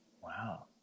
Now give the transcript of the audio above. Wow